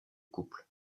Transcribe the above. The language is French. couple